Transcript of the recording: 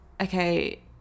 okay